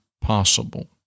possible